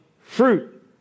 fruit